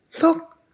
look